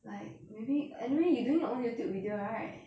like maybe anyway you doing your own youtube video right